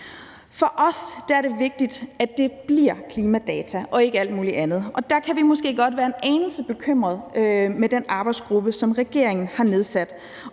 den kommer til at arbejde med, og ikke alt mulig andet, og der kan vi måske godt være en anelse bekymrede for, om den arbejdsgruppe, som regeringen har nedsat,